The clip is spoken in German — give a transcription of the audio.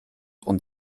und